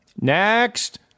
Next